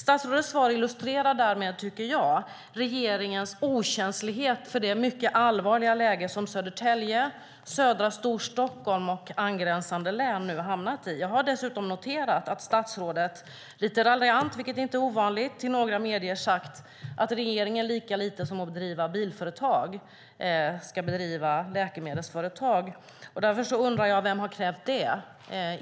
Statsrådets svar illustrerar därmed, tycker jag, regeringens okänslighet för det mycket allvarliga läge som Södertälje, södra Storstockholm och angränsande län nu har hamnat i. Jag har dessutom noterat att statsrådet lite raljant, vilket inte är ovanligt, i några medier har sagt att regeringen lika lite som att driva bilföretag ska bedriva läkemedelsföretag. Därför undrar jag vem som har krävt det.